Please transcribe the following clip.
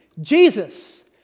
Jesus